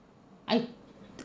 I